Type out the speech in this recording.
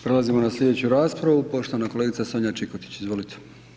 Prelazimo na slijedeću raspravu poštovana kolegica Sonja Čikotić, izvolite.